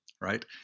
right